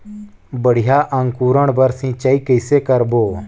बढ़िया अंकुरण बर सिंचाई कइसे करबो?